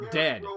dead